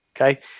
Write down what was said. Okay